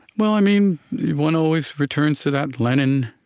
well, i mean one always returns to that lenin